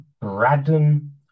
Braddon